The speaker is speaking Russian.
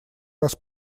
раз